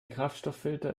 kraftstofffilter